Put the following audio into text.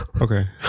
Okay